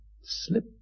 slip